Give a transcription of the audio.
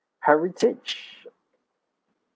heritage